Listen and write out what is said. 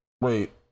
wait